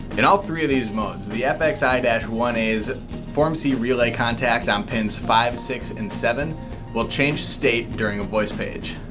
in all three of these modes the fxi and one a's form c relay contact on pins five, six and seven will change state during a voice page.